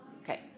Okay